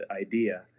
idea